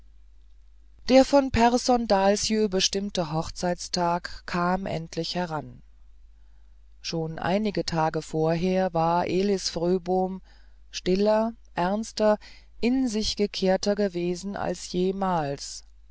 der von pehrson dahlsjö bestimmte hochzeittag kam endlich heran schon einige tage vorher war elis fröbom stiller ernster in sich gekehrter gewesen als jemals